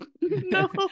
No